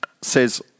says